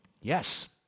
Yes